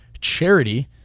charity